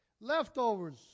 Leftovers